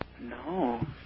No